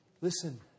Listen